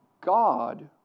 God